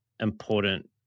important